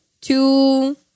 two